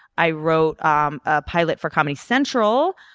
i wrote um a pilot for comedy central,